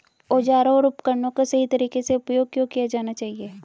औजारों और उपकरणों का सही तरीके से उपयोग क्यों किया जाना चाहिए?